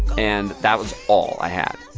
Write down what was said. and that was all i had.